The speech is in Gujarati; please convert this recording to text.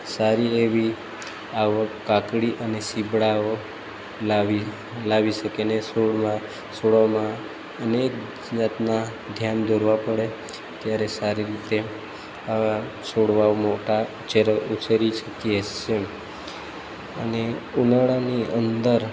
સારી એવી આવક કાકળી અને ચિભળાઓ લાવી લાવી શકેને છોડમાં છોડોમાં અનેક જાતના ધ્યાન દોરવા પડે ત્યારે સારી રીતે આ છોડવા મોટા જેને ઉછેરી શકીએ છે અને ઉનાળાની અંદર